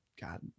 God